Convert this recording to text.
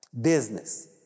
Business